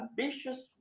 ambitious